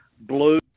Blue